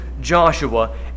Joshua